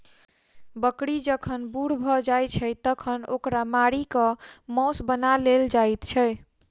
बकरी जखन बूढ़ भ जाइत छै तखन ओकरा मारि क मौस बना लेल जाइत छै